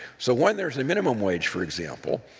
so when there's a minimum wage, for example,